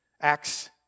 Acts